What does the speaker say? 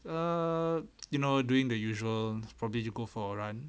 err you know during the usual probably just go for a run